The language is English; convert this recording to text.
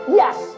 yes